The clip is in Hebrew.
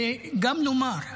וגם נאמר: